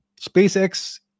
SpaceX